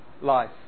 life